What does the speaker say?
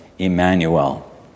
Emmanuel